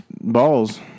balls